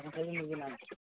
আমি তবে নিচে নামছি